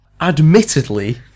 admittedly